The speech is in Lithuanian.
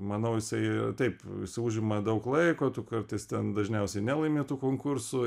manau jisai taip jis užima daug laiko tu kartais ten dažniausiai nelaimi tų konkursų